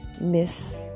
Miss